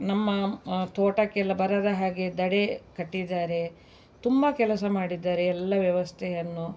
ನಮ್ಮ ತೋಟಕ್ಕೆಲ್ಲ ಬರದ ಹಾಗೆ ದಡೆ ಕಟ್ಟಿದ್ದಾರೆ ತುಂಬ ಕೆಲಸ ಮಾಡಿದ್ದಾರೆ ಎಲ್ಲ ವ್ಯವಸ್ಥೆಯನ್ನು